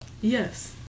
Yes